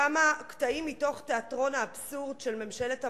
כמה קטעים מתוך תיאטרון האבסורד של ממשלת המריונטה.